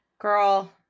Girl